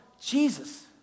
Jesus